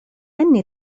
أني